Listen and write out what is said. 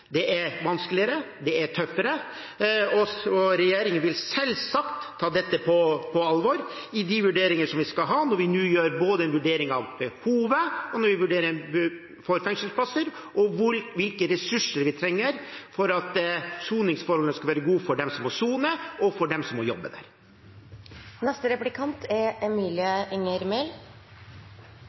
Det er vanskeligere, det er tøffere, og regjeringen vil selvsagt ta dette på alvor i de vurderinger som vi skal ha, når vi nå skal gjøre en vurdering både av behovet for fengselsplasser og av hvilke ressurser vi trenger for at soningsforholdene skal være gode for dem som må sone, og for dem som må jobbe